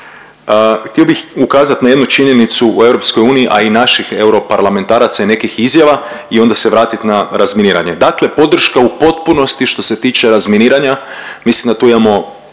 htio bih ukazati na jednu činjenicu u EU, a i naših europarlamentaraca i nekih izjava i onda se vratit na razminiranje. Dakle, podrška u potpunosti što se tiče razminiranja, mislim da tu imamo